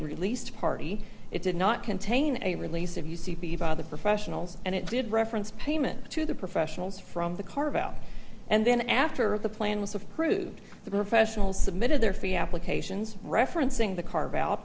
released party it did not contain a release of u c b by the professionals and it did reference payment to the professionals from the carvel and then after of the plan was approved the professional submitted their fee applications referencing the carve